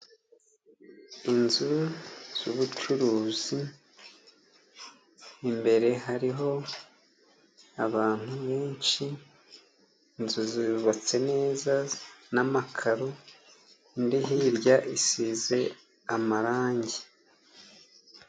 Inzu z'ubucuruzi imbere hariho abantu benshi, inzu zubatse neza n'amakaro indi hirya isize amarangi.